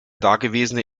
dagewesene